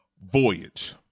Voyage